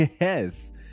Yes